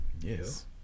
Yes